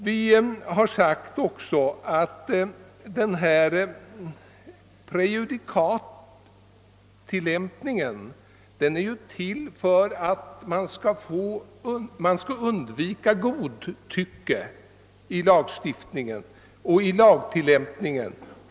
Utskottet har också understrukit att prejudikatet är till för att undvika god tycke i lagstiftning och lagtillämpning.